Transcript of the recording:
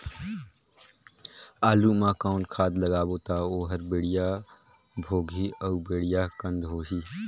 आलू मा कौन खाद लगाबो ता ओहार बेडिया भोगही अउ बेडिया कन्द होही?